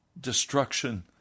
Destruction